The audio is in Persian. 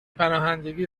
پناهندگی